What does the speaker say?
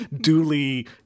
duly